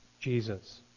Jesus